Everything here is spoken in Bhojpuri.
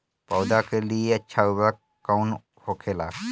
पौधा के लिए अच्छा उर्वरक कउन होखेला?